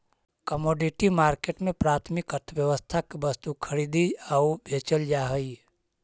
commodity market में प्राथमिक अर्थव्यवस्था के वस्तु खरीदी आऊ बेचल जा हइ